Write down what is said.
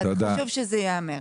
חשוב שזה ייאמר.